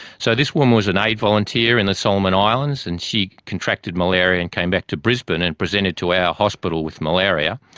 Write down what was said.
so this woman was an aid volunteer in the solomon islands and she contracted malaria and came back to brisbane and presented to our hospital with malaria.